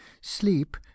sleep